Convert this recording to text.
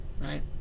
Right